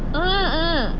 mmhmm